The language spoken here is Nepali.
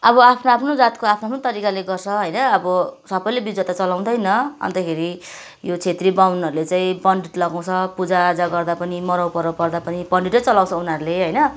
अब आफ्नो आफ्नो जातको आफ्नो आफ्नो तरिकाले गर्छ होइन अब सबैले बिजुवा त चलाउँदैन अन्तखेरि यो छेत्री बाहुनहरूले चाहिँ पण्डित लगाउछ पूजा आजा गर्दा पनि मराउ पराउ पर्दा पनि पण्डितै चलाउँछ उनीहरूले होइन